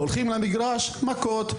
הולכים למגרש מכות,